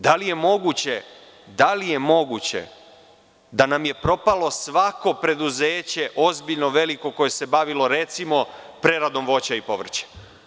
Da li je moguće da nam je propalo svako preduzeće, ozbiljno, veliko, koje se bavilo, recimo, preradom voća i povrća?